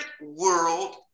world